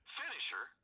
finisher